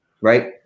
Right